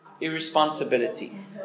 irresponsibility